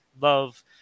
love